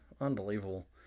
Unbelievable